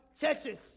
Churches